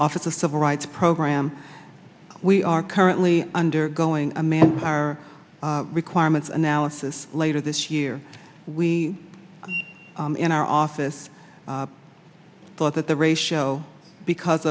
office of civil rights program we are currently undergoing a man of our requirements analysis later this year we in our office thought that the ratio because